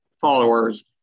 followers